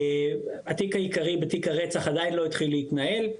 התיק העיקרי בתיק הרצח עדיין לא התחיל להתנהל,